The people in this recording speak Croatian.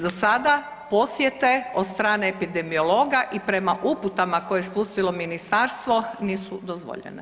Za sada posjete od strane epidemiologa i prema uputama koje je uputilo ministarstvo nisu dozvoljene.